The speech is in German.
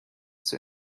zur